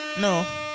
No